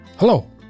Hello